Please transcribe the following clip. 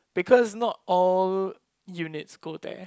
because not all units go there